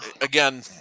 again